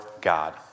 God